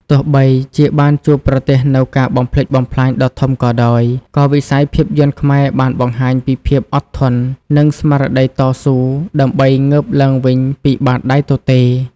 ទោះបីជាបានជួបប្រទះនូវការបំផ្លិចបំផ្លាញដ៏ធំក៏ដោយ ក៏វិស័យភាពយន្តខ្មែរបានបង្ហាញពី ភាពអត់ធន និងស្មារតីតស៊ូ ដើម្បីងើបឡើងវិញពីបាតដៃទទេ។